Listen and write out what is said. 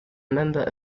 member